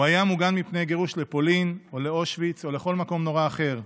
הוא היה מוגן מפני גירוש לפולין או לאושוויץ או לכל מקום נורא אחר,